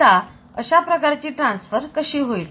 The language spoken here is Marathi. आता अशा प्रकारची ट्रान्सफर कशी होईल